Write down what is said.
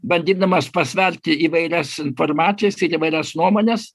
bandydamas pasverti įvairias informacijas ir įvairias nuomones